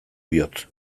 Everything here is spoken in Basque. bihotz